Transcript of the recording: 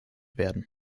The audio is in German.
werden